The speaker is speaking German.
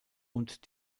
und